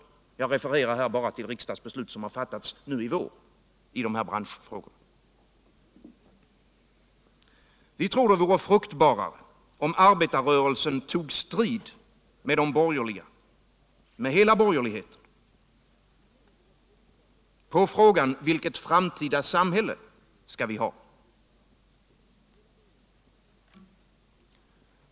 Jag refererar här bara till riksdagsbeslut som har fattats nu i vår i de här branschfrågorna. Vi tror att det vore fruktbarare om arbetarrörelsen tog strid med hela borgerligheten på frågan: Vilket framtida samhälle skall vi ha?